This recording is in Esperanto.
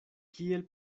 kiel